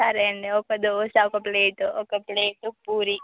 సరే అండి ఒక దోశ ఒక ప్లేటు ఒక ప్లేటు పూరీ